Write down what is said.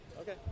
Okay